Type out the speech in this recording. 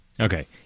okay